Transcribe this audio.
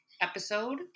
episode